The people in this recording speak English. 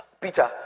Peter